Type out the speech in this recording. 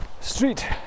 street